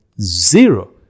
zero